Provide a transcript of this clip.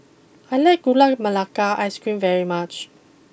I like Gula Melaka Ice cream very much